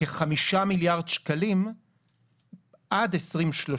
כחמישה מיליארד שקלים עד 2030,